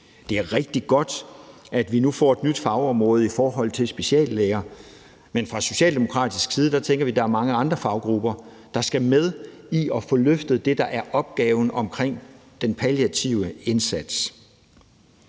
Det er rigtig godt, at vi nu får et nyt fagområde i forhold til speciallæger, men fra socialdemokratisk side tænker vi, at der er mange andre faggrupper, der skal med i at få løftet det, der er opgaven omkring den palliative indsats.